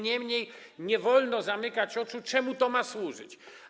Niemniej nie wolno zamykać oczu na to, czemu to ma służyć.